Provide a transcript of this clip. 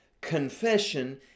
confession